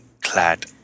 clad